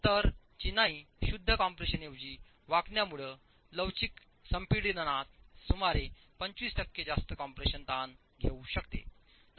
तर चिनाई शुद्ध कॉम्प्रेशनऐवजी वाकण्यामुळे लवचिक संपीडनात सुमारे 25 टक्के जास्त कॉम्प्रेशन ताण घेऊ शकते